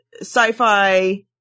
sci-fi